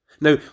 Now